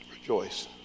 rejoice